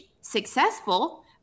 successful